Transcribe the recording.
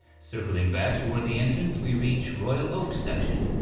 circling back toward the entrance we reach royal oaks section.